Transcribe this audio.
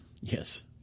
Yes